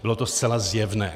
Bylo to zcela zjevné.